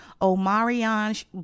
Omarion